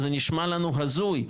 זה נשמע לנו הזוי,